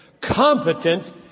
competent